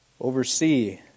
Oversee